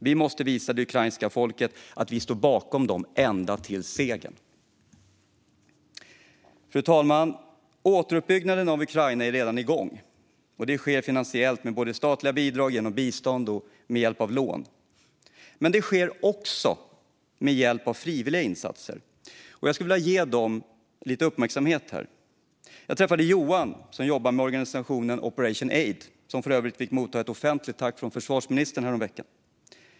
Vi måste visa det ukrainska folket att vi står bakom dem ända till segern. Fru talman! Återuppbyggnaden av Ukraina är redan igång, och det sker finansiellt med statliga bidrag, genom bistånd och med lån. Det sker också med hjälp av frivilliga insatser, och jag skulle vilja ge dem lite uppmärksamhet här. Jag träffade Johan som jobbar med organisationen Operation Aid, som för övrigt fick mottaga ett offentligt tack från försvarsministern häromveckan.